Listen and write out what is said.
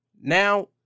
Now